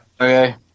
okay